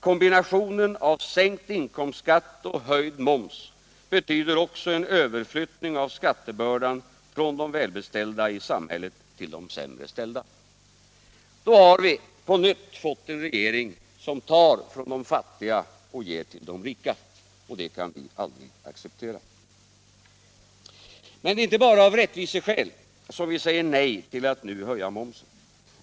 Kombinationen av sänkt inkomstskatt och höjd moms betyder också en överflyttning av skattebördan från de välbeställda i samhället till de sämre ställda. Då har vi fått en regering som tar från de fattiga och ger till de rika. Detta kan vi aldrig acceptera. Men det är inte bara av rättviseskäl som vi säger nej till att nu höja momsen.